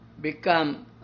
become